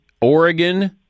Oregon